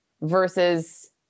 versus